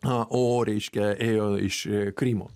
o reiškia ėjo iš krymo